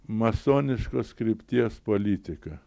masoniškos krypties politika